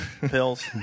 pills